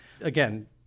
Again